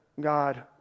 God